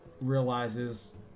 realizes